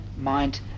mind